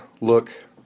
look—